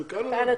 מקנדה.